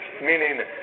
meaning